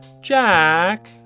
Jack